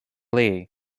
lee